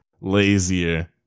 lazier